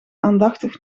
aandachtig